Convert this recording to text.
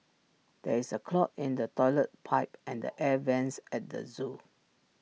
there is A clog in the Toilet Pipe and the air Vents at the Zoo